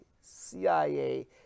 cia